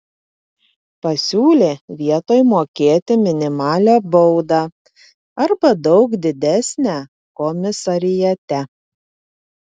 pasiūlė vietoj mokėti minimalią baudą arba daug didesnę komisariate